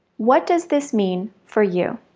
what does this mean for you?